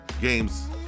games